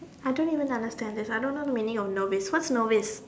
I don't even understand this I don't know the meaning of novice what's novice